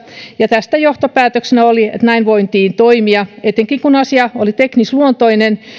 ja tästä johtopäätöksenä oli että näin voitiin toimia etenkin kun asia oli teknisluontoinen